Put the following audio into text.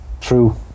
True